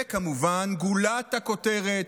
וכמובן, גולת הכותרת,